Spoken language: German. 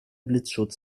blitzschutz